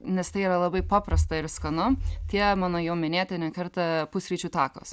nes tai yra labai paprasta ir skanu tie mano jau minėti ne kartą pusryčių takos